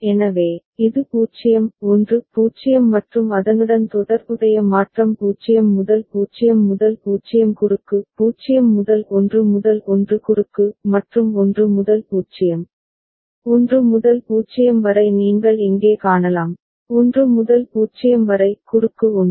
எனவே இது 0 1 0 மற்றும் அதனுடன் தொடர்புடைய மாற்றம் 0 முதல் 0 0 குறுக்கு 0 முதல் 1 1 குறுக்கு மற்றும் 1 முதல் 0 1 முதல் 0 வரை நீங்கள் இங்கே காணலாம் 1 முதல் 0 வரை குறுக்கு 1